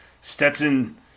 Stetson